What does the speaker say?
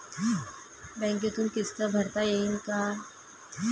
बँकेतून किस्त भरता येईन का?